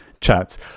chats